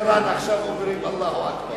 שבטהרן עכשיו אומרים "אללהו אכבר".